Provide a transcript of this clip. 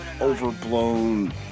overblown